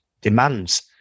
demands